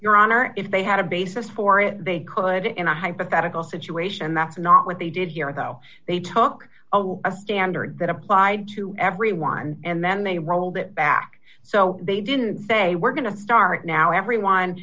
your honor if they had a basis for it they could in a hypothetical situation that's not what they did here though they took a standard that applied to everyone and then they rolled it back so they didn't say we're going to start now everyone